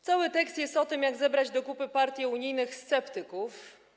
Cały tekst jest o tym, jak zebrać do kupy partię unijnych sceptyków.